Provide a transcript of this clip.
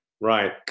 right